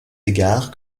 égards